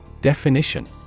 Definition